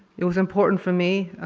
it was important for me